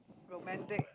romantic